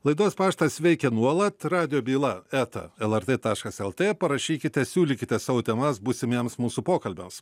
laidos paštas veikia nuolat radijo byla eta lrt taškas lt parašykite siūlykite savo temas būsimiems mūsų pokalbiams